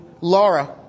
Laura